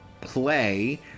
play